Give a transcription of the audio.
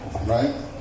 right